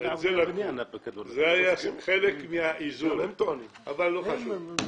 זה היה חלק מהאיזון, אבל לא חשוב.